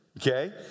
okay